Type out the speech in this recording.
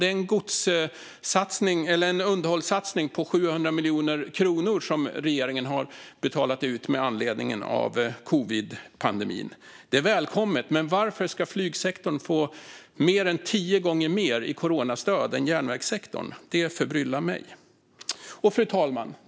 En underhållssatsning på 700 miljoner har betalats ut av regeringen med anledning av covidpandemin. Detta är välkommet, men varför ska flygsektorn få mer än tio gånger mer i coronastöd än järnvägssektorn? Det förbryllar mig. Fru talman!